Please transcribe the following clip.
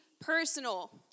personal